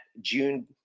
June